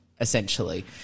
essentially